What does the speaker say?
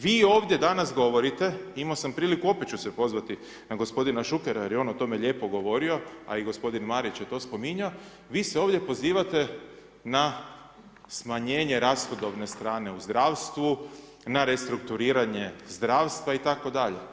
Vi ovdje danas govorite, imao sam priliku, opet ću se pozvati na g. Šukera, jer je on o tome lijepo govorio, a i g. Marić je to spominjao, vi se ovdje spominjete, na smanjenje rashodovne strane u zdravstvu, na restrukturiranje zdravstva itd.